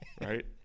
right